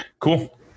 Cool